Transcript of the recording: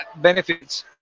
benefits